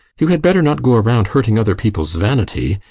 you had better not go around hurting other people's vanity.